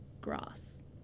grass